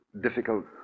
difficult